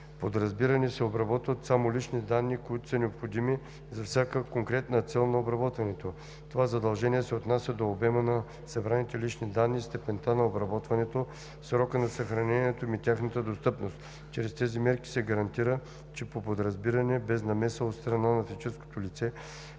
подразбиране се обработват само лични данни, които са необходими за всяка конкретна цел на обработването. Това задължение се отнася до обема на събраните лични данни, степента на обработването, срока на съхраняването им и тяхната достъпност. Чрез тези мерки се гарантира, че по подразбиране без намеса от страна на физическото лице